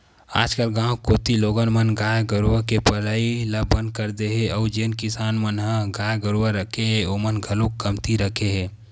आजकल गाँव कोती लोगन मन गाय गरुवा के पलई ल बंद कर दे हे अउ जेन किसान मन ह गाय गरुवा रखे हे ओमन ह घलोक कमती रखे हे